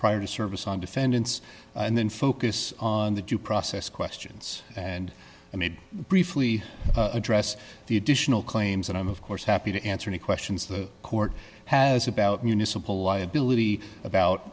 prior to service on defendants and then focus on the due process questions and i made briefly address the additional claims and i'm of course happy to answer any questions the court has about municipal liability about